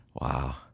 Wow